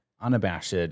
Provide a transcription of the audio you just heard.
unabashed